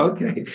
Okay